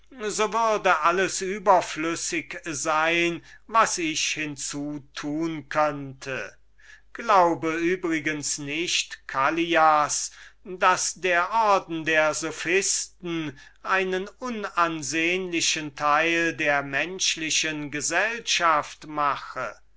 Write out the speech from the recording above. würde alles überflüssig sein was ich sagen könnte glaube übrigens nicht callias daß der orden der sophisten einen unansehnlichen teil der menschlichen gesellschaft ausmache